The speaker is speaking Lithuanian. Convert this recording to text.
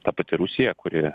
ta pati rusija kuri